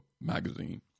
magazine